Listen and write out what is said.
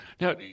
Now